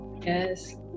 yes